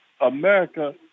America